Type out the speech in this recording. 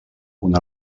una